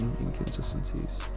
inconsistencies